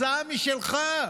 הצעה משלך.